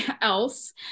else